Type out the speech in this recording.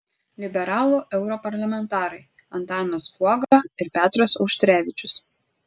liberalų europarlamentarai antanas guoga ir petras auštrevičius